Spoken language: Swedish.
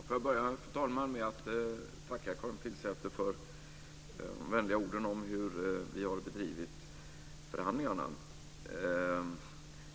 Fru talman! Jag vill börja med att tacka Karin Pilsäter för de vänliga orden om hur vi har bedrivit förhandlingarna.